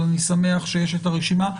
אבל אני שמח שיש הרשימה.